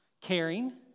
Caring